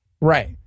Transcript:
Right